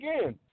again